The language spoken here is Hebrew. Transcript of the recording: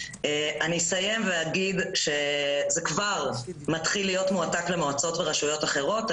אני אסיים ואגיד שזה כבר מתחיל להיות מועתק למועצות ורשויות אחרות.